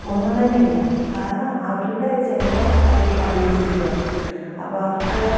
ഒന്നും തന്നെയില്ല കാരണം അവരുടെ ചിലവ് അധികരിച്ചിരിക്കുകയാണ് അപ്പം അവർക്ക്